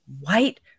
white